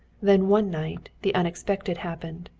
then one night the unexpected happened.